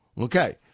Okay